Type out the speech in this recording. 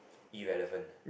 irrelevant